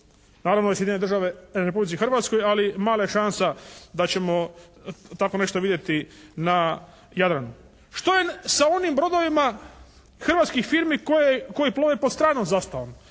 Naravno Sjedinjene Države i Republici Hrvatskoj, ali je mala šansa da ćemo tako nešto vidjeti na Jadranu. Što je sa onim brodovima hrvatskih firmi koje plove pod stranom zastavom?